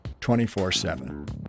24-7